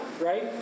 right